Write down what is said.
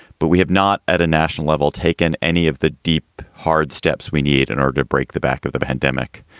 but we have not at a national level taken any of the deep, hard steps we need in order to break the back of the pandemic.